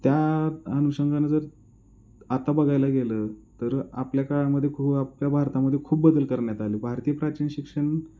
त्या अनुषंगानं जर आता बघायला गेलं तर आपल्या काळामध्ये खूप आपल्या भारतामध्ये खूप बदल करण्यात आले भारतीय प्राचीन शिक्षण